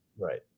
Right